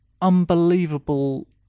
unbelievable